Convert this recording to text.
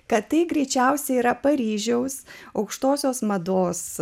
kad tai greičiausiai yra paryžiaus aukštosios mados